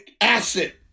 acid